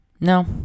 no